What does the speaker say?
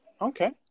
Okay